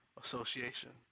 Association